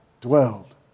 Dwelled